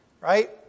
right